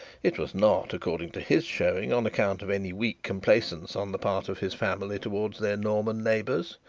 it was not, according to his showing, on account of any weak complaisance on the part of his family towards their norman neighbours.